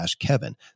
kevin